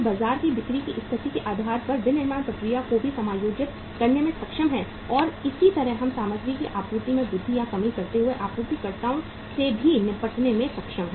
हम बाजार में बिक्री की स्थिति के आधार पर विनिर्माण प्रक्रिया को भी समायोजित करने में सक्षम हैं और इसी तरह हम सामग्री की आपूर्ति में वृद्धि या कमी करते हुए आपूर्तिकर्ताओं से भी निपटने में सक्षम हैं